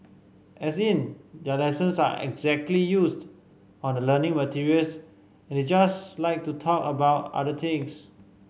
as in their lessons aren't exactly used on the learning materials and they just like to talk about other things